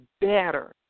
better